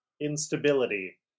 instability